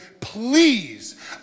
Please